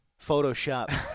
Photoshop